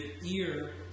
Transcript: ear